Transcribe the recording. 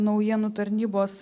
naujienų tarnybos